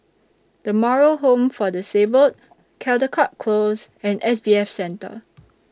The Moral Home For Disabled Caldecott Close and S B F Center